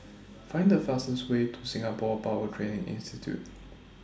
Find The fastest Way to Singapore Power Training Institute